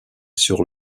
sur